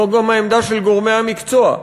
זו גם העמדה של גורמי המקצוע.